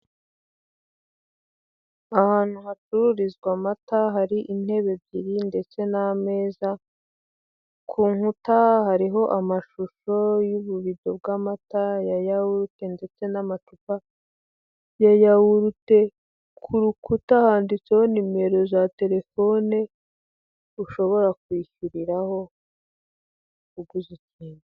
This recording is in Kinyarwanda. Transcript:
Ahantu hacururizwa amata hari intebe ebyiri ndetse n'ameza, ku nkuta hariho amashusho y'ububido bw'amata ya yawurute ndetse n'amacupa ye yawurute, kurukuta handitseho nimero za terefone ushobora kwishyiriraho uguze utuntu.